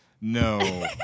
No